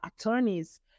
attorneys